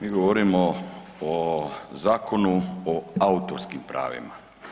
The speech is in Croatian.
Mi govorimo o Zakonu o autorskim pravima.